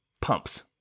pumps